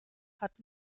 hat